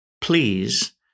please